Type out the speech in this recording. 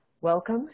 Welcome